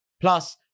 Plus